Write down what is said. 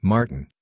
Martin